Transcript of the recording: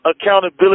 accountability